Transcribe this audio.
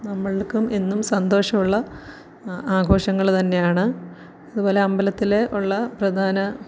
നമ്മൾക്കും എന്നും സന്തോഷമുള്ള ആഘോഷങ്ങള് തന്നെയാണ് അതുപോലെ അമ്പലത്തില് ഉള്ള പ്രധാന